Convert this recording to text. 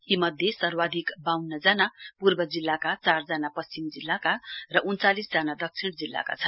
यी मध्ये सर्वाधिक वाउन्न जना पूर्व जिल्लाका चारजना पश्चिम जिल्लाका र उन्चालिस जना दक्षिण जिल्लाका छन्